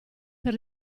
per